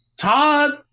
Todd